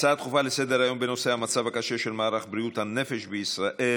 הצעות דחופות לסדר-היום בנושא: המצב הקשה של מערך בריאות הנפש בישראל,